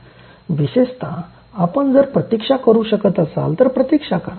विशेषत आपण जर प्रतीक्षा करू शकत असाल तर प्रतीक्षा करा